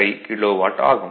085 kilowatt ஆகும்